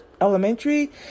elementary